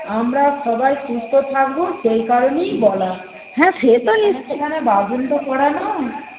আমরা সবাই সুস্থ থাকবো সেই কারণেই বলা হ্যাঁ সে তো নিশ্চই সেখানে নয়